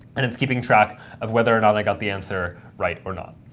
and it's keeping track of whether or not i got the answer right or not.